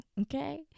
okay